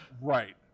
Right